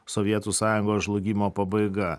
sovietų sąjungos žlugimo pabaiga